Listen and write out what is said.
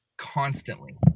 Constantly